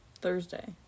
Thursday